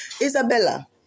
Isabella